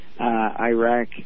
Iraq